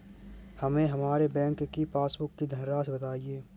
हमें हमारे बैंक की पासबुक की धन राशि बताइए